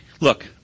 Look